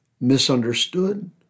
misunderstood